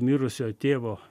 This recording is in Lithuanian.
mirusio tėvo